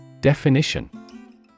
Definition